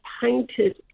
painted